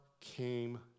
came